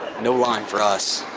no line for us,